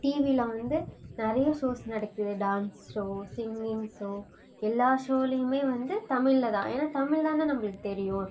டிவியில் வந்து நிறையா ஸோஸ் நடக்குது டான்ஸ் ஸோ சிங்கிங் ஸோ எல்லா ஷோலேயுமே வந்து தமிழில்தான் ஏன்னால் தமிழ்தானே நம்மளுக்கு தெரியும்